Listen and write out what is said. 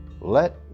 Let